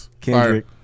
Kendrick